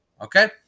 Okay